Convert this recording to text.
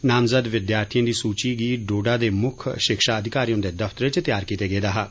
नामजद विद्यार्थिएं दी सूची गी डोडा दे मुक्ख शिक्षा अधिकारी हुंदे दफ्तरे च तैयार कीता गेया हा